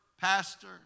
pastor